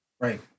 Right